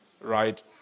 Right